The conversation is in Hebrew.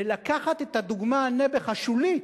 ולקחת את הדוגמה, נעבעך, השולית,